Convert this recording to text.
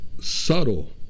subtle